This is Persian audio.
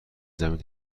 زمین